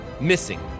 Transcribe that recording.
missing